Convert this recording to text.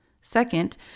Second